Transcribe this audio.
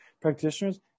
practitioners